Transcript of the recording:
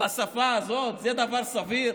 בשפה הזאת, זה דבר סביר?